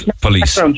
police